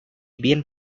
bien